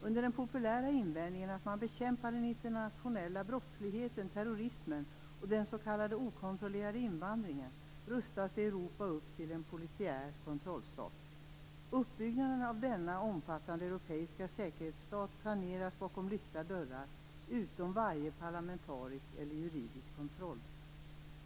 Under den populära invändningen att man bekämpar den internationella brottsligheten, terrorismen och den s.k. okontrollerade invandringen rustas Europa upp till en polisiär kontrollstat. Uppbyggnaden av denna omfattande europeiska säkerhetsstat planeras bakom lyckta dörrar, utom varje parlamentarisk eller juridisk kontroll.